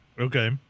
Okay